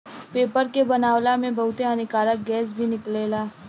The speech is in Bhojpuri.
पेपर के बनावला में बहुते हानिकारक गैस भी निकलेला